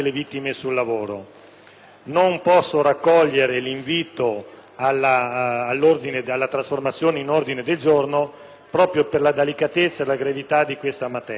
Non posso accogliere l'invito alla trasformazione dell'emendamento in ordine del giorno proprio per la delicatezza e la gravità della materia.